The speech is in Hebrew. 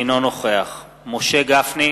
אינו נוכח משה גפני,